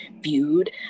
viewed